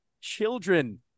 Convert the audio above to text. children